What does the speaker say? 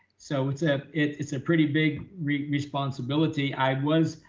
so it's ah it's a pretty big responsibility. i was